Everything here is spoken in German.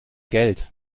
geld